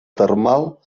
termal